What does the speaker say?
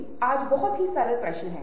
इसलिए मानसिकता बहुत महत्वपूर्ण है